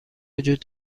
وجود